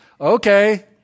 Okay